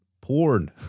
porn